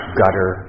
gutter